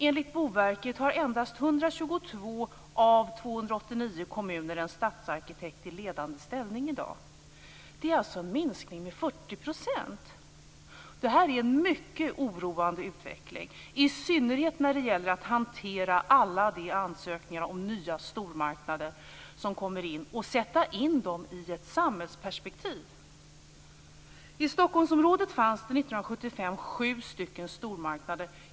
Enligt Boverket har endast 122 av 289 kommuner en stadsarkitekt i ledande ställning i dag. Det är alltså en minskning med 40 %. Det här är en mycket oroande utveckling, i synnerhet när det gäller att hantera alla de ansökningar om nya stormarknader som kommer in och att sätta in dem i ett samhällsperspektiv. I Stockholmsområdet fanns det 1975 sju stormarknader.